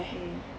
mm